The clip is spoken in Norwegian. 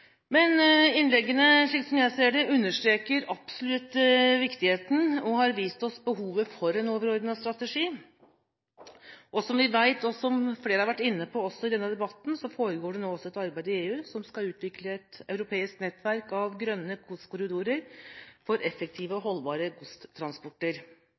Innleggene, slik jeg ser det, understreker absolutt viktigheten og har vist oss behovet for en overordnet strategi. Som vi vet, og som flere har vært inne på i denne debatten, foregår det nå et arbeid i EU for å utvikle et europeisk nettverk av grønne godskorridorer for effektive